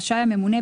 רשאי הממונה,